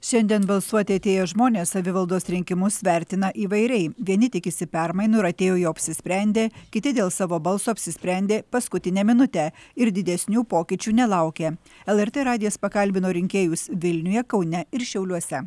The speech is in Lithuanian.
šiandien balsuoti atėję žmonės savivaldos rinkimus vertina įvairiai vieni tikisi permainų ir atėjo jau apsisprendę kiti dėl savo balso apsisprendė paskutinę minutę ir didesnių pokyčių nelaukia lrt radijas pakalbino rinkėjus vilniuje kaune ir šiauliuose